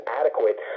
adequate